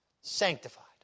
Sanctified